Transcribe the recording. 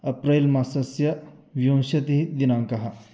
अप्रैल् मासस्य विंशतिः दिनाङ्कः